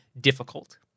difficult